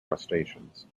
crustaceans